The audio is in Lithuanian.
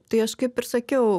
tai aš kaip ir sakiau